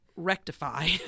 Rectify